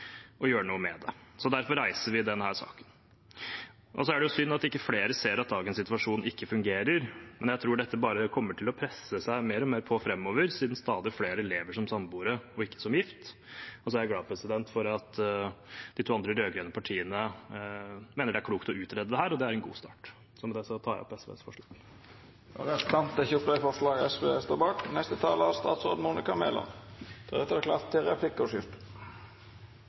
og gjøre noe med det. Derfor reiser vi denne saken. Det er synd at ikke flere ser at dagens situasjon ikke fungerer. Men jeg tror dette framover bare kommer til å presse seg mer og mer fram, siden stadig flere lever som samboere og ikke er gift. Jeg er glad for at de to andre rød-grønne partiene mener det er klokt å utrede dette – og det er en god start. Med det tar jeg opp SVs forslag i saken. Representanten Freddy André Øvstegård har teke opp det forslaget han refererte til. Jeg er glad for at flertallet støtter det synet at når et par velger å flytte sammen uten å gifte seg, er